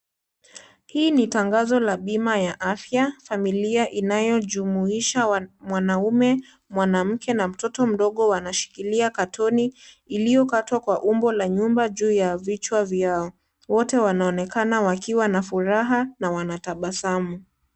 Hii ni tangazo la bima ya afya. Familia inayojumuisha mwanaume, mwanamke na mtoto mdogo wanashikilia katoni iliyokatwa kwa umbo la nyuma juu ya vichwa vyao .Wote wanaonekana wakiwa na furaha na wanatabasamu.